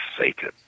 Satan